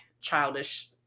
childish